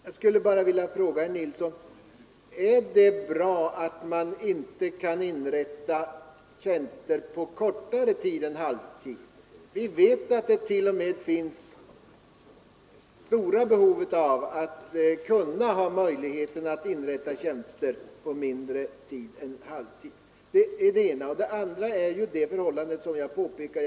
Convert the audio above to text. Jag skulle bara vilja fråga herr Nilsson: Är det bra att man inte kan inrätta tjänster med kortare arbetstid än halvtid? Vi vet att det finns ett stort behov av tjänster med mindre tjänstgöring än halvtid. Jag skall ställa ännu en fråga till herr Nilsson.